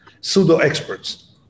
pseudo-experts